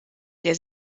der